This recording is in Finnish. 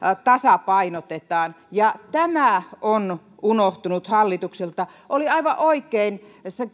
tasapainotetaan ja tämä on unohtunut hallitukselta oli aivan oikein